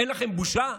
אין לכם בושה?